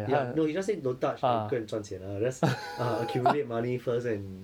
ya no he just say don't touch and go and 赚钱啊 that's ah !huh! accumulate money first and